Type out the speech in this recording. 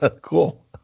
Cool